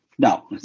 No